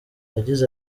yagize